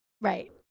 Right